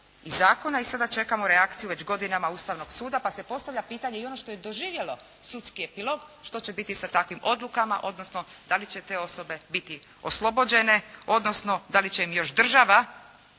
i zakona. I sada čekamo reakciju već godinama Ustavnog suda, pa se postavlja pitanje i ono što je doživjelo sudski epilog, što će biti sa takvim odlukama, odnosno da li će te osobe biti oslobođene, odnosno da li će im još država